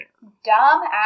Dumb-ass